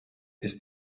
ist